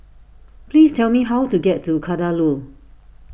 please tell me how to get to Kadaloor